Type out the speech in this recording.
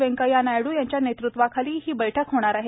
वेन्कैय्या नायडू यांच्या नेतुवाखाली ही बैठक होणार आहे